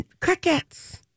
crickets